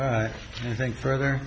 i think further